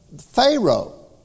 Pharaoh